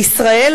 בישראל,